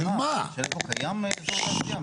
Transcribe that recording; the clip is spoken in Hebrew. של איפה קיים אזור תעשייה?